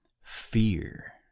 fear